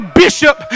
bishop